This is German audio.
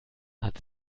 hat